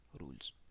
rules